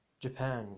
Japan